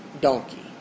donkey